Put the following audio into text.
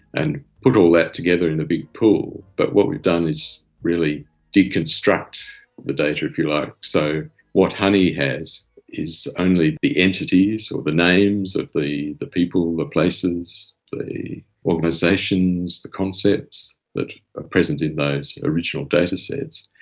and put all that together in a big pool. but what we've done is really deconstruct the data, if you like. so what huni has is only the entities or the names of the the people, the places, the organisations, the concepts that are present in those original datasets.